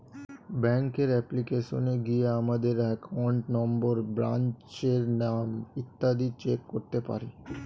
ব্যাঙ্কের অ্যাপ্লিকেশনে গিয়ে আমাদের অ্যাকাউন্ট নম্বর, ব্রাঞ্চের নাম ইত্যাদি চেক করতে পারি